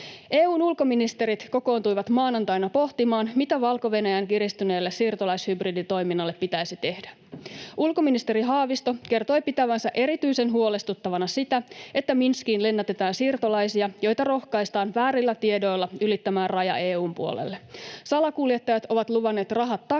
EU:n ulkoministerit kokoontuivat maanantaina pohtimaan, mitä Valko-Venäjän kiristyneelle siirtolaishybriditoiminnalle pitäisi tehdä. Ulkoministeri Haavisto kertoi pitävänsä erityisen huolestuttavana sitä, että Minskiin lennätetään siirtolaisia, joita rohkaistaan väärillä tiedoilla ylittämään raja EU:n puolelle. Salakuljettajat ovat luvanneet rahat takaisin,